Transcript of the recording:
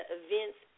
events